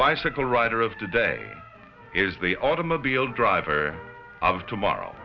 bicycle rider of today is the automobile driver of tomorrow